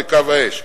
בקו האש.